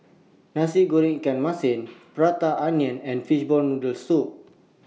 Nasi Goreng Ikan Masin Prata Onion and Fishball Noodle Soup